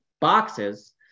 boxes